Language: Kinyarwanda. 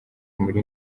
muri